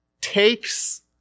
takes